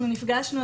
נפגשנו,